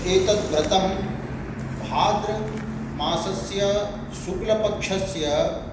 एतत् व्रतं भाद्रमासस्य शुक्लपक्षस्य